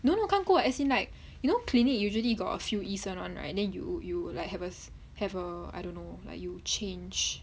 no not 看过 as in like you know clinic usually got a few 医生 [one] right then you you like have err have err I don't know like you change